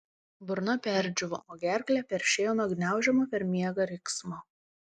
burna perdžiūvo o gerklę peršėjo nuo gniaužiamo per miegą riksmo